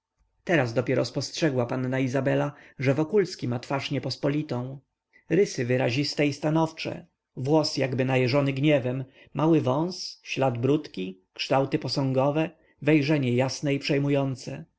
teraz dopiero spostrzegła panna izabela że wokulski ma twarz niepospolitą rysy wyraziste i stanowcze włos jakby najeżony gniewem mały wąs ślad bródki kształty posągowe wejrzenie jasne i przejmujące